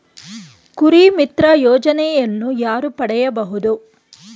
ಕುರಿಮಿತ್ರ ಯೋಜನೆಯನ್ನು ಯಾರು ಪಡೆಯಬಹುದು?